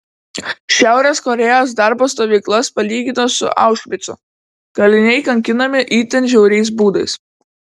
šiaurės korėjos darbo stovyklas palygino su aušvicu kaliniai kankinami itin žiauriais būdais